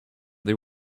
they